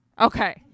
Okay